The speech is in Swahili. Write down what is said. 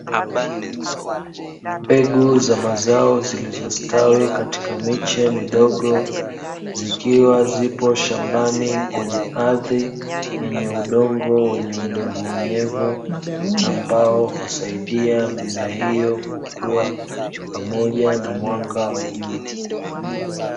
Mbegu za mazao zilizo stawi katika miche midogo zikiwa zipo shambani kwenye ardhi yenye udongo wenye unyevuunyevu ambao husaidia mimea hiyo kukua pamoja na mwanga wa jua.